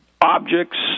objects